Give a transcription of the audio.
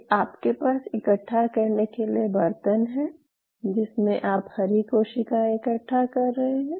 ये आपके पास इकट्ठा करने के लिए बर्तन है जिसमे आप हरी कोशिकाएं इकट्ठा कर रहे हैं